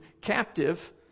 captive